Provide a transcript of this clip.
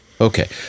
Okay